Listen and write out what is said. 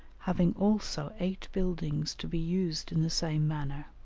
having also eight buildings to be used in the same manner.